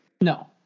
No